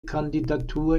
kandidatur